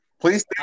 Please